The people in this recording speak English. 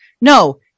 No